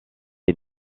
est